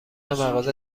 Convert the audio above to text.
مغازه